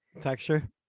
Texture